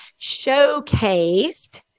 showcased